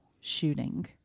shooting